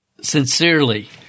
Sincerely